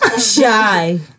shy